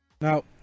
Now